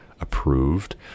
approved